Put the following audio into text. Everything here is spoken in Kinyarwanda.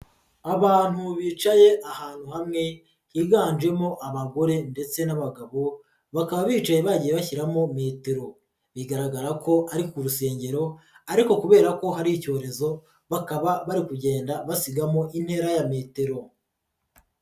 Abantu bicaye ahantu hamwe higanjemo abagore ndetse n'abagabo bakaba bicaye bagiye bashyiramo metero, bigaragara ko ari ku rusengero ariko kubera ko hari icyorezo bakaba bari kugenda basigamo intera ya metero.